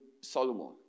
Solomon